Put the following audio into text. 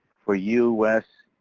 for you, wes.